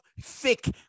thick